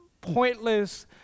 pointless